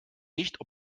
nicht